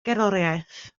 gerddoriaeth